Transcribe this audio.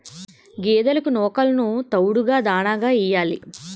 గేదెలకు నూకలును తవుడును దాణాగా యియ్యాలి